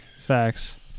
Facts